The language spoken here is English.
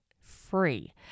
free